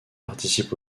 participent